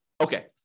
Okay